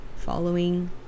following